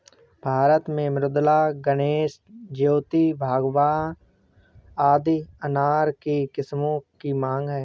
भारत में मृदुला, गणेश, ज्योति, भगवा आदि अनार के किस्मों की मांग है